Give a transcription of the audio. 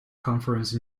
conference